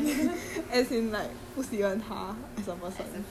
nani nobody ask you to like him